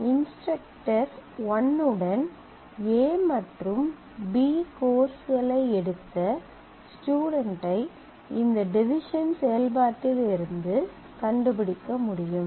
instructor "1" உடன் A மற்றும் B கோர்ஸ்களை எடுத்த ஸ்டுடென்ட் ஐ இந்த டிவிசன் செயல்பாட்டில் இருந்து கண்டுபிடிக்க முடியும்